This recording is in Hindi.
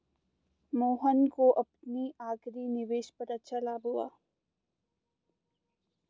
मोहन को अपनी आखिरी निवेश पर अच्छा लाभ हुआ